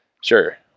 sure